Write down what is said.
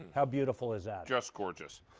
how beautiful is that. just gorgeous.